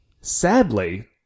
sadly